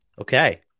Okay